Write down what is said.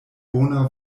bona